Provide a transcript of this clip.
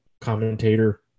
commentator